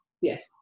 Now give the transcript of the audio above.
Yes